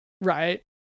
Right